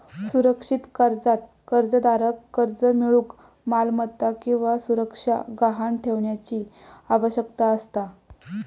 सुरक्षित कर्जात कर्जदाराक कर्ज मिळूक मालमत्ता किंवा सुरक्षा गहाण ठेवण्याची आवश्यकता असता